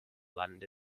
land